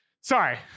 sorry